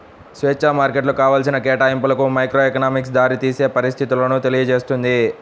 స్వేచ్ఛా మార్కెట్లు కావాల్సిన కేటాయింపులకు మైక్రోఎకనామిక్స్ దారితీసే పరిస్థితులను తెలియజేస్తుంది